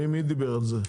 מי דיבר על זה?